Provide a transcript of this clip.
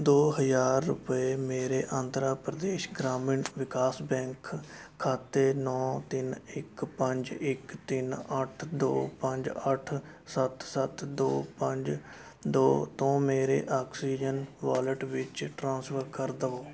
ਦੋ ਹਜ਼ਾਰ ਰੁਪਏ ਮੇਰੇ ਆਂਧਰਾ ਪ੍ਰਦੇਸ਼ ਗ੍ਰਾਮੀਣ ਵਿਕਾਸ ਬੈਂਕ ਖਾਤੇ ਨੌ ਤਿੰਨ ਇੱਕ ਪੰਜ ਇੱਕ ਤਿੰਨ ਅੱਠ ਦੋ ਪੰਜ ਅੱਠ ਸੱਤ ਸੱਤ ਦੋ ਪੰਜ ਦੋ ਤੋਂ ਮੇਰੇ ਆਕਸੀਜਨ ਵੋਲਿਟ ਵਿੱਚ ਟ੍ਰਾਂਸਫਰ ਕਰ ਦੇਵੋ